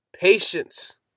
Patience